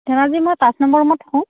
ধেমাজিৰ মই পাঁচ নম্বৰ ৰুমত থাকোঁ